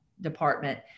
department